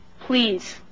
please